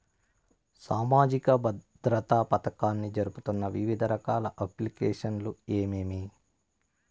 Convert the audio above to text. సామాజిక భద్రత పథకాన్ని జరుపుతున్న వివిధ రకాల అప్లికేషన్లు ఏమేమి?